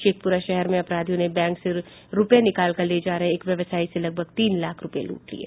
शेखपुरा शहर में अपराधियों ने बैंक से रूपये निकालकर ले जा रहे एक व्यवसायी से लगभग तीन लाख रूपये लूट लिये